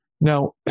Now